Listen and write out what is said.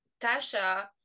Tasha